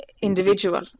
individual